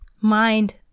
mind